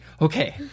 okay